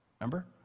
Remember